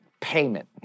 payment